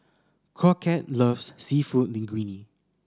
Crockett loves Seafood Linguine